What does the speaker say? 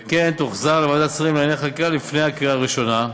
ותוחזר לוועדת השרים לענייני חקיקה לפני קריאה ראשונה.